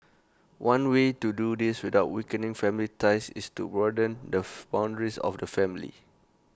one way to do this without weakening family ties is to broaden the boundaries of the family